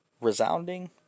resounding